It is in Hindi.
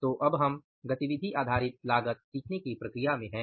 तो अब हम गतिविधि आधारित लागत सीखने की प्रक्रिया में हैं